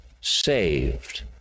saved